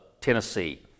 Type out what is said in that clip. Tennessee